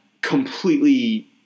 completely